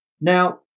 Now